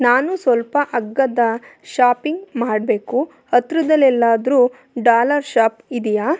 ನಾನು ಸ್ವಲ್ಪ ಅಗ್ಗದ ಶಾಪಿಂಗ್ ಮಾಡಬೇಕು ಹತ್ರದಲ್ ಎಲ್ಲಾದರೂ ಡಾಲರ್ ಶಾಪ್ ಇದೆಯಾ